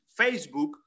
Facebook